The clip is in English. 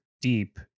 deep